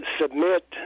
submit